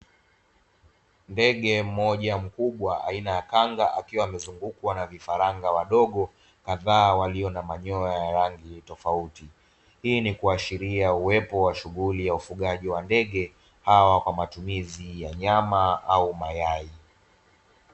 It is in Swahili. Ndege mmoja mkubwa aina ya kanga, akiwa amezungukwa na vifaranga wadogo kadhaa; walio na manyoya ya rangi tofauti. Hii ni kuashiria uwepo wa shughuli ya ufugaji wa ndege hawa, kwa matumizi ya nyama au mayai.